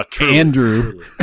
Andrew